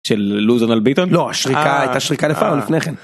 של לוזון על ביטון לא שריקה הייתה שריקה לפעם לפני כן.